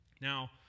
Now